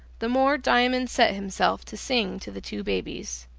the more diamond set himself to sing to the two babies.